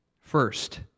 First